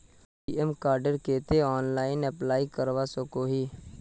ATM कार्डेर केते online apply करवा सकोहो ही?